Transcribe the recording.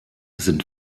sind